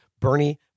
Bernie